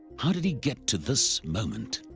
how did he get to this moment,